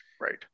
Right